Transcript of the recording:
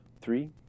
three